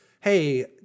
hey